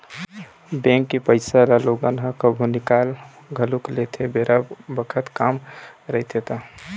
bank के पइसा ल लोगन ह कभु निकाल घलोक लेथे बेरा बखत काम रहिथे ता